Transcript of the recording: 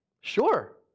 Sure